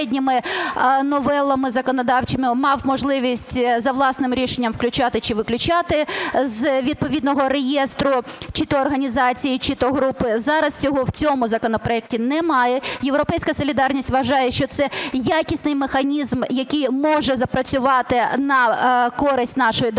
новелами законодавчими мав можливість за власним рішенням включати чи виключати з відповідного реєстру чи то організації, чи то групи, зараз цього в цьому законопроекті немає. "Європейська солідарність" вважає, що це якісний механізм, який може запрацювати на користь нашої держави.